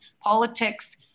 politics